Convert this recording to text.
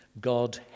God